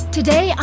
Today